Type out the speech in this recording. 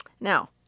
Now